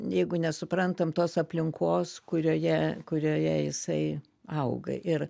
jeigu nesuprantam tos aplinkos kurioje kurioje jisai auga ir